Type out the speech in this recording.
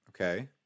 Okay